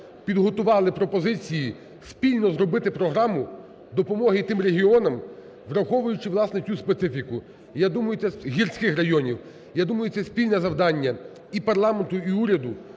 підготували пропозиції спільно зробити програму допомоги тим регіонам, враховуючи, власне, цю специфіку, гірських районів. Я думаю, це спільне завдання і парламенту, і уряду.